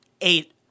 eight